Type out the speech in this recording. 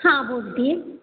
हां बोलते आहे